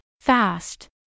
fast